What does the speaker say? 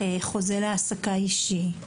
חוזה העסקה אישי,